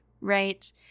right